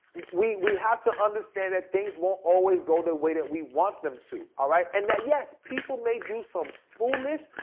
we we have to understand that things won't always go the way that we want them to, all right. and that yes, people may do some foolish,